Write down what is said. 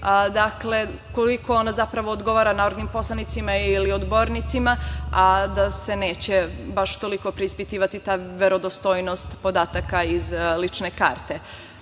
Dakle, koliko ona zapravo odgovara narodnim poslanicima ili odbornicima, a da se neće baš toliko preispitivati ta verodostojnost podataka iz lične karte. Ono